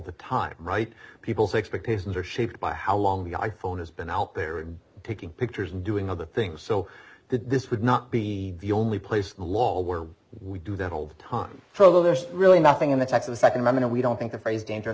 the time right people's expectations are shaped by how long the iphone has been out there taking pictures and doing other things so that this would not be the only place law were we do that all the time for there's really nothing in the text of the second i mean we don't think the phrase dangerous